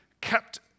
kept